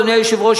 אדוני היושב-ראש,